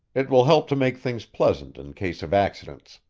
it will help to make things pleasant in case of accidents.